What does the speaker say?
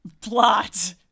Plot